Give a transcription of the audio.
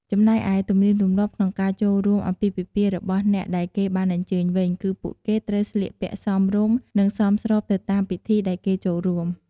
ចំំណែកឯទំនៀមទម្លាប់ក្នុងការចូលរួមអាពាហ៍ពិពាហ៍របស់អ្នកដែលគេបានអញ្ជើញវិញ គឺពួកគេត្រូវស្លៀកពាក់សមរម្យ និងសមស្របទៅតាមពិធីដែលគេចូលរួម។